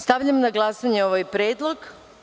Stavljam na glasanje ovaj predlog.